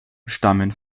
stammen